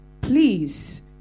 please